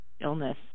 illness